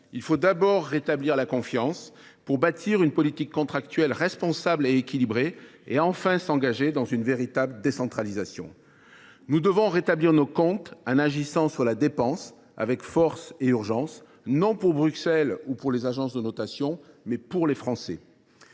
Il faut d’abord rétablir la confiance pour bâtir une politique contractuelle responsable et équilibrée et enfin s’engager dans une véritable décentralisation. Nous devons rétablir nos comptes en agissant sur la dépense, avec force et urgence, non pour Bruxelles ou pour les agences de notation, mais pour les Français.